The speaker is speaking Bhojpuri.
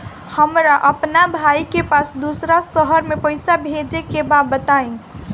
हमरा अपना भाई के पास दोसरा शहर में पइसा भेजे के बा बताई?